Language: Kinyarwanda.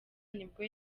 nibwo